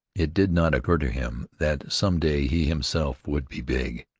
it did not occur to him that some day he himself would be big.